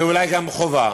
ואולי גם חובה.